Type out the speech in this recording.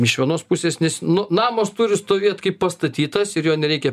iš vienos pusės nes nu namas turi stovėt kaip pastatytas ir jo nereikia